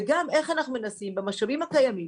וגם איך אנחנו מנסים במשאבים הקיימים